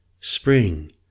Spring